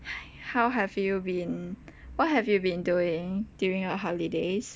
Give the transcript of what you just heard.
!hais! how have you been what have you been doing during your holidays